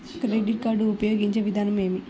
Credit card ఉపయోగించే విధానం ఏమి?